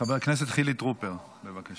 חבר הכנסת חילי טרופר, בבקשה.